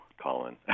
Colin